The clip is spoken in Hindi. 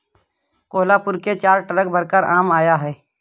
कोहलापुर से चार ट्रक भरकर आम आया है